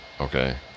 Okay